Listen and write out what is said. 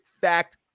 fact